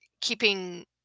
keeping